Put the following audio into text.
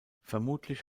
vermutlich